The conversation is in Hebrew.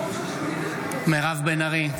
בעד מירב בן ארי,